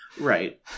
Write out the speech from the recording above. Right